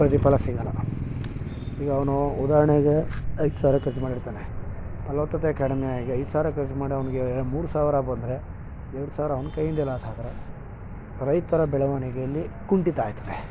ಪ್ರತಿಫಲ ಸಿಗಲ್ಲ ಈಗ ಅವನು ಉದಾಹರಣೆಗೆ ಐದು ಸಾವಿರ ಖರ್ಚು ಮಾಡಿರ್ತಾನೆ ಫಲವತ್ತತೆ ಕಡಿಮೆ ಆಗಿ ಐದು ಸಾವಿರ ಖರ್ಚು ಮಾಡಿ ಅವ್ನಿಗೆ ಮೂರು ಸಾವಿರ ಬಂದರೆ ಎರಡು ಸಾವಿರ ಅವ್ನ ಕೈಯ್ಯಿಂದೆ ಲಾಸ್ ಆದರೆ ರೈತರ ಬೆಳೆವಣಿಗೆಯಲ್ಲಿ ಕುಂಠಿತ ಆಯ್ತದೆ